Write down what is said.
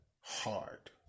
hard